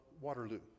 Waterloo